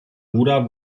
bruder